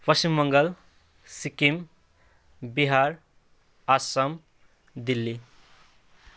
Paschim Bengal Sikkim Bihar Assam Delhi